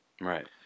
Right